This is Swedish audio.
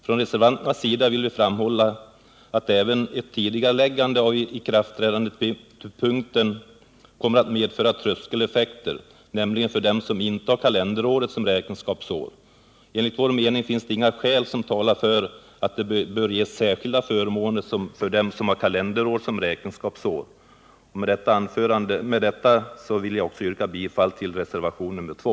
Från reservanternas sida vill vi framhålla att även ett tidigareläggande av ikraftträdandetidpunkten kommer att medföra tröskeleffekter, nämligen för dem som inte har kalenderåret som räkenskapsår. Enligt vår mening finns det inga skäl som talar för att det bör ges särskilda förmåner för dem som har kalenderår som räkenskapsår. Med det anförda yrkar jag bifall till reservationen 2.